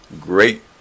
great